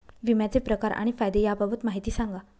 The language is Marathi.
विम्याचे प्रकार आणि फायदे याबाबत माहिती सांगा